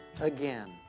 again